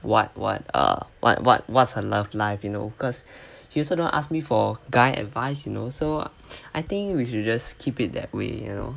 what what err what what what's her love life you know cause she also don't ask me for guy advice you know so I think we should just keep it that way you know